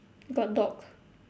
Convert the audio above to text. got dog